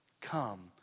Come